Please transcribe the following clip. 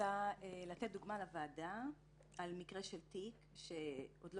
רוצה לתת דוגמה לוועדה על מקרה של תיק שעוד לא